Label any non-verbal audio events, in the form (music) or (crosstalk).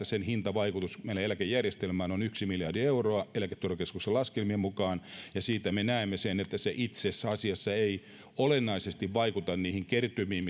(unintelligible) sen hintavaikutus meidän eläkejärjestelmäämme on yksi miljardi euroa eläketurvakeskuksen laskelmien mukaan niistä me näemme sen että se itse asiassa ei olennaisesti vaikuta niihin kertymiin (unintelligible)